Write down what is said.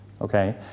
okay